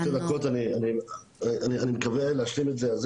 אני מקווה להשלים את זה בשתי דקות.